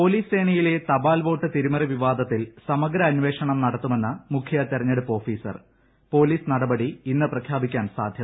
police സേന്യിലെ തപാൽ vote തിരിമറി വിവാദത്തിൽ സമഗ്ര അന്വേഷണം നടത്തുമെന്ന് മുഖ്യതെരഞ്ഞെടുപ്പ് ഓഫീസർ പോലീസ് നടപടി ഇന്ന് പ്രഖ്യാപിക്കാൻ സാദ്ധ്യത